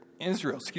Israel